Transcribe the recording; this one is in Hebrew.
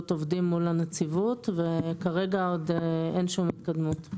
עובדים מול הנציבות ו כרגע אין שום התקדמות.